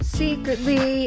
secretly